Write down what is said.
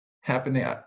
happening